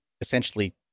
essentially